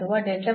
ಈ ಎಂದರೇನು